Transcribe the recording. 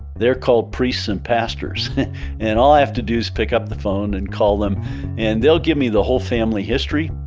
they're called priests and pastors and all i have to do is pick up the phone and call them and they'll give me the whole family history.